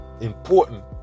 important